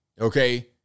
Okay